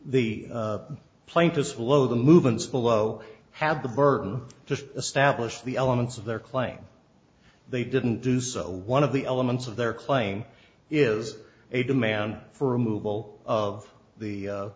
the plane to swallow the movements below have the burden to establish the elements of their claim they didn't do so one of the elements of their claim is a demand for removal of the